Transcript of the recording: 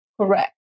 Correct